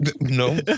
No